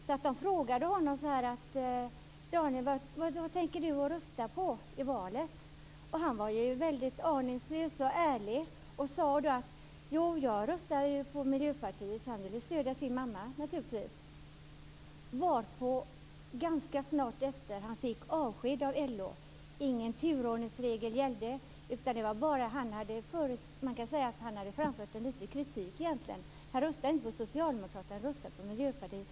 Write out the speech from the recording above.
Man frågade därför: Daniel, vad tänker du rösta på i valet? Daniel var aningslös och ärlig och svarade att han skulle rösta på Miljöpartiet. Han ville naturligtvis stödja sin mamma. Ganska snart därefter fick Daniel avsked från LO. Ingen turordningsregel gällde. Man kan säga att han hade framfört lite kritik; han röstade ju inte på Socialdemokraterna utan på Miljöpartiet.